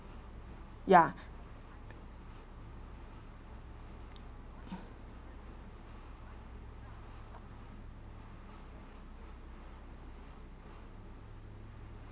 ya